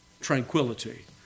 tranquility